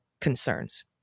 concerns